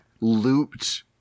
looped